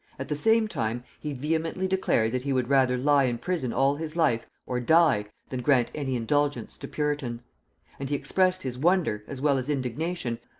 at the same time he vehemently declared that he would rather lie in prison all his life, or die, than grant any indulgence to puritans and he expressed his wonder, as well as indignation,